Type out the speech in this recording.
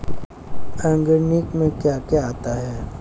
Organic में क्या क्या आता है?